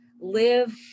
live